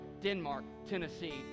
Denmark-Tennessee